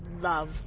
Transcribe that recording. love